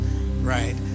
right